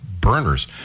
burners